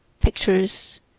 pictures